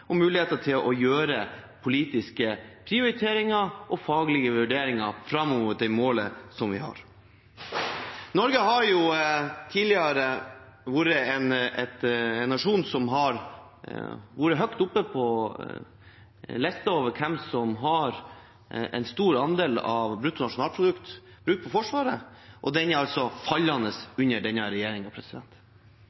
og muligheter til å gjøre politiske prioriteringer og faglige vurderinger fram mot det målet vi har. Norge har som nasjon tidligere vært høyt oppe på listen over hvem som bruker en stor andel av bruttonasjonalprodukt på Forsvaret, og den andelen er altså fallende